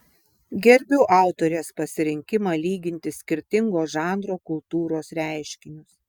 gerbiu autorės pasirinkimą lyginti skirtingo žanro kultūros reiškinius